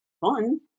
fun